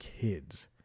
Kids